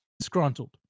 disgruntled